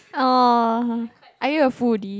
orh are you a foodie